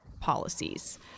policies